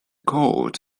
court